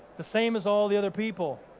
the same as all the other people.